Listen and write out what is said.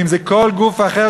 ואם זה כל גוף אחר,